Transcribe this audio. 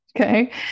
Okay